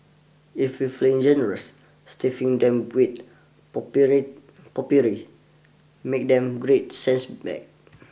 if you feeling generous stiffing them with potpourri potpourri makes them great scent bags